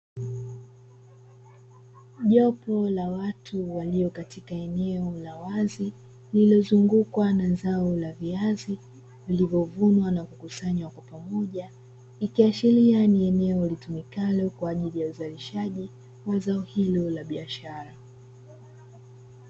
Jopo la watu walio katika eneo la wazi lililozungukwa na zao la viazi, vilivovunwa na kukusanywa kwa pamoja ikiashiria ni eneo litumikalo kwa ajili ya uzalishaji wa zao hilo la biashara.